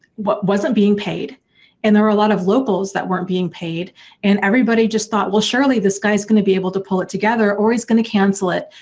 what, wasn't being paid and there are a lot of locals that weren't being paid and everybody just thought well surely this guy's going to be able to pull it together or he's gonna cancel it.